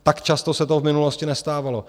Tak často se to v minulosti nestávalo.